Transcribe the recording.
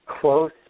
close